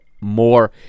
more